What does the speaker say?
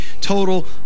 total